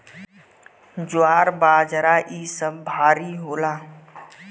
ज्वार बाजरा इ सब भारी होला